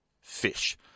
fish